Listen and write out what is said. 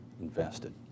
invested